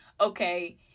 okay